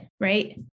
Right